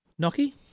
Noki